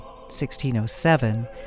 1607